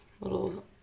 little